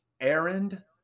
errand